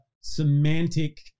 semantic